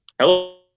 Hello